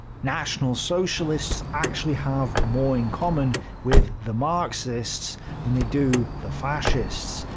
national socialists actually have more in common with the marxists than they do the fascists,